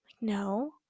No